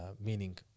meaning